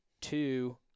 two